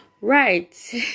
Right